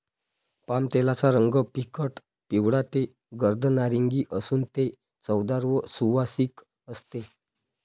पामतेलाचा रंग फिकट पिवळा ते गर्द नारिंगी असून ते चवदार व सुवासिक असते